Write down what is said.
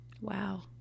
Wow